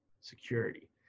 security